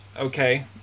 Okay